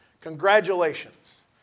Congratulations